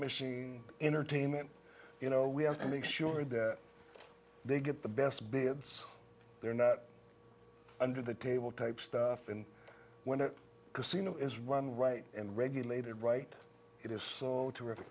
machine entertainment you know we have to make sure that they get the best bids they're not under the table type stuff and when it cosimo is run right and regulated right it is s